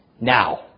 now